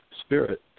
spirit